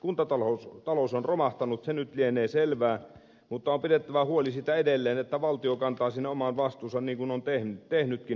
kuntatalous on romahtanut se nyt lienee selvää mutta on pidettävä huoli siitä edelleen että valtio kantaa siinä oman vastuunsa niin kuin on tehnytkin riittävin määrärahoin